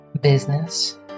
business